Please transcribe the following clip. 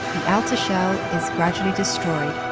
the outer shell is gradually destroyed.